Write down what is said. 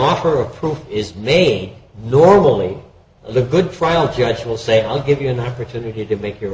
offer of proof is made normally the good trial judge will say i'll give you an opportunity to make your